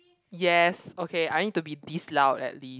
yes okay I need to be this loud at least